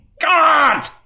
God